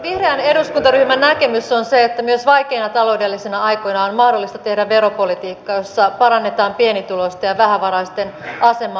vihreän eduskuntaryhmän näkemys on se että myös vaikeina taloudellisina aikoina on mahdollista tehdä veropolitiikkaa jossa parannetaan pienituloisten ja vähävaraisten asemaa